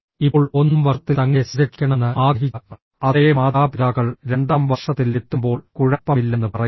ഇപ്പോൾ ഒന്നാം വർഷത്തിൽ തങ്ങളെ സംരക്ഷിക്കണമെന്ന് ആഗ്രഹിച്ച അതേ മാതാപിതാക്കൾ രണ്ടാം വർഷത്തിൽ എത്തുമ്പോൾ കുഴപ്പമില്ലെന്ന് പറയുന്നു